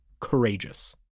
courageous